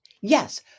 Yes